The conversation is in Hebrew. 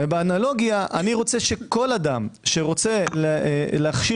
באנלוגיה אני רוצה שכל אדם שרוצה להכשיר